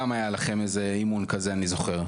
גם היה לכם איזה אימון כזה, אני זוכר.